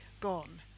gone